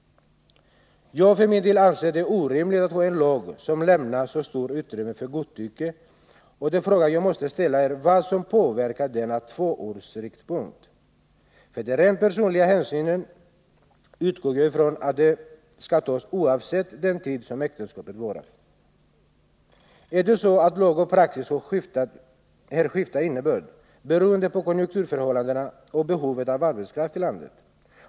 Jag för min del anser det orimligt att ha en lag som lämnar så stort utrymme för godtycke, och den fråga jag måste ställa är vad som påverkar denna tvåårsriktpunkt — för de rent personliga hänsynen utgår jag från att man skall ta oavsett vilken tid som äktenskapet varat. Är det så att lag och praxis här skiftar innebörd, beroende på konjunkturförhållandena och behovet av arbetskraft i landet?